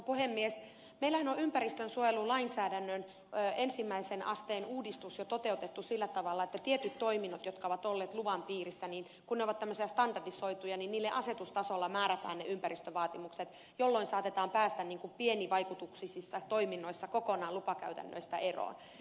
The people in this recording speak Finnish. meillähän on ympäristönsuojelulainsäädännön ensimmäisen asteen uudistus jo toteutettu sillä tavalla että tietyille toiminnoille jotka ovat olleet luvan piirissä kun ne ovat tämmöisiä standardisoituja asetustasolla määrätään ne ympäristövaatimukset jolloin saatetaan päästä pienivaikutuksisissa toiminnoissa kokonaan lupakäytännöistä eroon